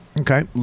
Okay